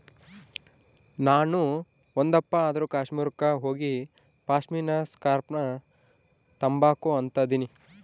ನಾಣು ಒಂದಪ್ಪ ಆದ್ರೂ ಕಾಶ್ಮೀರುಕ್ಕ ಹೋಗಿಪಾಶ್ಮಿನಾ ಸ್ಕಾರ್ಪ್ನ ತಾಂಬಕು ಅಂತದನಿ